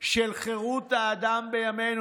של חירות האדם בימינו.